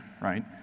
right